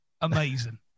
Amazing